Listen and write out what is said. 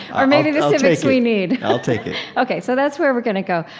or maybe the civics we need. i'll take it ok. so that's where we're gonna go.